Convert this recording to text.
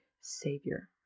savior